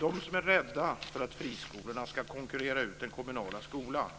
De som är rädda att friskolorna ska konkurrera ut den kommunala skolan